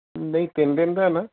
ਨਹੀਂ ਤਿੰਨ ਦਿਨ ਦਾ ਹੈ ਨਾ